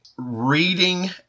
reading